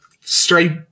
straight